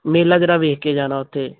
ਮੇਲਾ ਜ਼ਰਾ ਵੇਖ ਕੇ ਜਾਣਾ ਉੱਥੇ